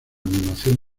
animación